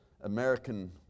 American